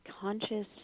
conscious